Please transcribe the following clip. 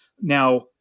Now